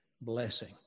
blessing